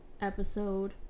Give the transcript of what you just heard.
episode